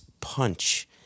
punch